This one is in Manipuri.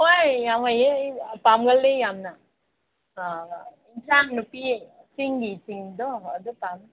ꯍꯣꯏ ꯌꯥꯝ ꯍꯩꯌꯦ ꯑꯩ ꯄꯥꯝꯒꯜꯂꯤ ꯌꯥꯝꯅ ꯑꯥ ꯏꯟꯁꯥꯡ ꯅꯨꯄꯤ ꯆꯤꯡꯒꯤꯁꯤꯡꯗꯣ ꯑꯗꯨ ꯄꯥꯝꯃꯤ